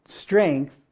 Strength